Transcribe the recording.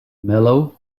mellow